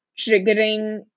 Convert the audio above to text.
triggering